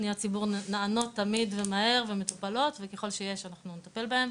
פניות ציבור נענות תמיד ומהר ומטופלות וככל שיש אנחנו נטפל בהן.